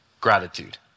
gratitude